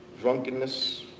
drunkenness